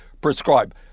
prescribe